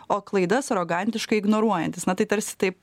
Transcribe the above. o klaidas arogantiškai ignoruojantys na tai tarsi taip